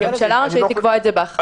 הממשלה רשאית לקבוע את זה בהכרזה.